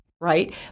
right